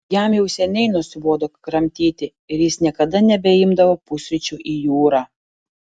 jam jau seniai nusibodo kramtyti ir jis niekada nebeimdavo pusryčių į jūrą